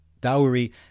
dowry